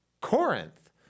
Corinth